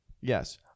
Yes